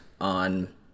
on